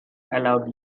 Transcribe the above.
allowed